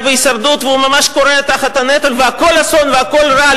בהישרדות והוא ממש כורע תחת הנטל והכול אסון והכול רע,